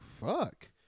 fuck